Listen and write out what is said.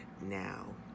now